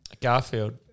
Garfield